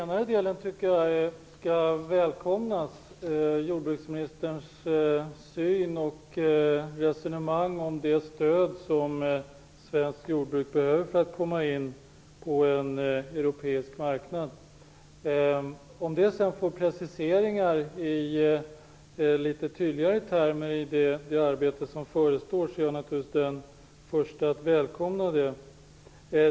Fru talman! Jordbruksministerns syn på och resonemang om det stöd som svenskt jordbruk behöver för att komma in på en europeisk marknad skall välkomnas. Om det sedan får preciseringar i litet tydligare termer i det arbete som förestår är jag den första att välkomna det.